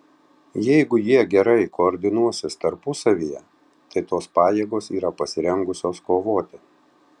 jeigu jie gerai koordinuosis tarpusavyje tai tos pajėgos yra pasirengusios kovoti